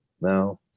no